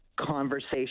conversation